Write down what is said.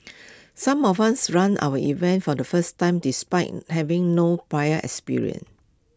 some of us ran our events for the first time despite having no prior experience